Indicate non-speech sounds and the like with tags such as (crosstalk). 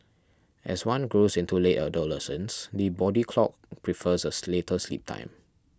as one grows into late adolescence the body clock prefers a (unintelligible) later sleep time